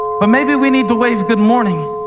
but maybe we need to wave good morning